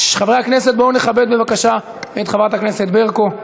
חברי הכנסת, בואו נכבד בבקשה את חברת הכנסת ברקו.